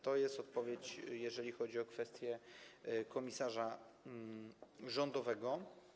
To jest odpowiedź, jeżeli chodzi o kwestię komisarza rządowego.